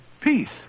peace